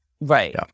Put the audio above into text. right